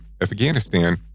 Afghanistan